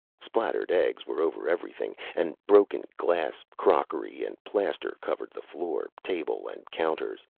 splattered eggs were over everything and broken glass, crockery and plaster covered the floor, table and counters.